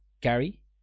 Gary